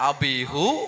Abihu